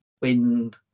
wind